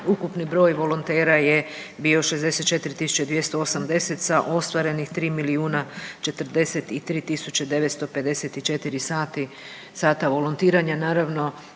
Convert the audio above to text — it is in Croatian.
ukupni broj volontera je bio 24.280 sa ostvarenih 3 milijuna 43 tisuće 954 sati, sata volontiranja.